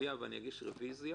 נצביע ואני אגיש רביזיה.